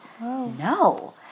no